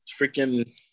freaking